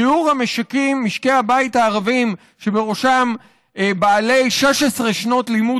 שיעור משקי הבית הערבים שבראשם בעלי 16 שנות לימוד